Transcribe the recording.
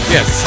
Yes